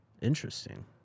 Interesting